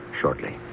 shortly